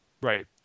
Right